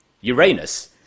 Uranus